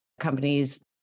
companies